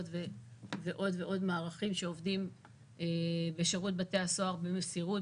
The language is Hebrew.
ועוד ועוד מערכים שעובדים בשירות בתי הסוהר במסירות,